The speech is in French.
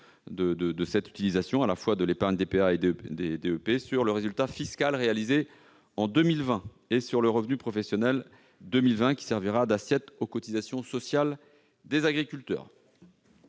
du recours à la fois à l'épargne au titre de la DPA et de la DEP sur le résultat fiscal réalisé en 2020 et sur le revenu professionnel 2020, qui servira d'assiette aux cotisations sociales des agriculteurs.